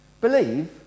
Believe